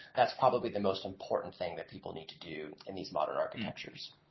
that's probably the most important thing that people need to do in these modern architectures.